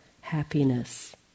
happiness